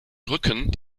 brücken